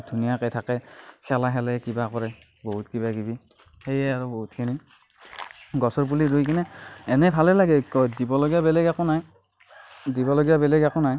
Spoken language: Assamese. ধুনীয়াকৈ থাকে খেলা খেলে কিবা কৰে বহুত কিবা কিবি সেয়ে আৰু বহুতখিনি গছৰ পুলি ৰুইকেনে এনে ভালেই লাগে দিব লগা বেলেগ একো নাই দিবলগীয়া বেলেগ একো নাই